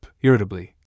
irritably